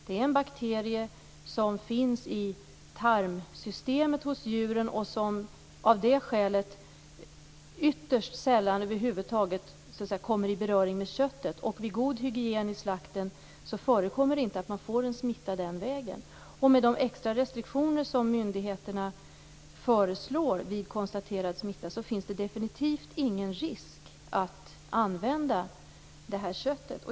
Det är en bakterie som finns i tarmsystemet hos djuren och som av det skälet ytterst sällan kommer i beröring med köttet över huvud taget. Med god hygien vid slakten förekommer det inte att smittan går den vägen. Med de extra restriktioner som myndigheterna föreslår vid konstaterad smitta finns det definitivt ingen risk med att använda köttet.